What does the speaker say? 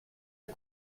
are